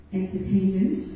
entertainment